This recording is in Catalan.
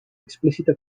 explícita